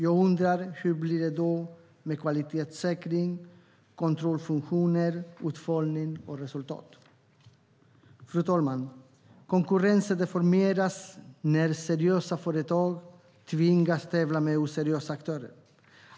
Jag undrar hur det blir med kvalitetssäkring, kontrollfunktioner, uppföljning och resultat. Fru talman! Konkurrensen deformeras när seriösa företag tvingas tävla med oseriösa aktörer.